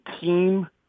team